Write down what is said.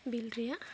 bill ᱨᱮᱭᱟᱜ